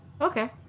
Okay